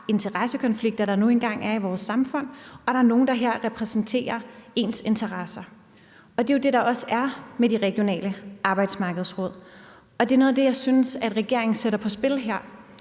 interessekonflikter, der nu engang er i vores samfund, så der altså er nogen, der her repræsenterer ens interesser. Det er jo det, der også er med de regionale arbejdsmarkedsråd, og det er noget af det, jeg synes regeringen sætter på spil her.